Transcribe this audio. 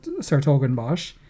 Sartogenbosch